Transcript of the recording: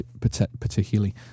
particularly